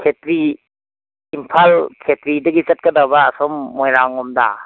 ꯈꯦꯇ꯭ꯔꯤ ꯏꯝꯐꯥꯜ ꯈꯦꯇ꯭ꯔꯤꯗꯒꯤ ꯆꯠꯀꯗꯕ ꯑꯁꯣꯝ ꯃꯣꯏꯔꯥꯡ ꯂꯣꯝꯗ